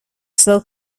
slow